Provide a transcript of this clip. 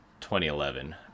2011